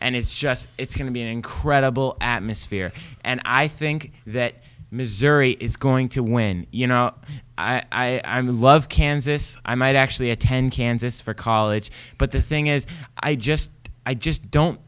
and it's just it's going to be an incredible atmosphere and i think that missouri is going to win you know i'm in love kansas i might actually attend kansas for college but the thing is i just i just don't